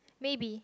maybe